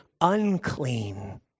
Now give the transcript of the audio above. unclean